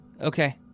Okay